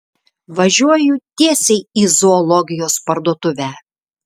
važiuoju tiesiai į zoologijos parduotuvę